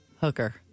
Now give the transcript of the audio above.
Hooker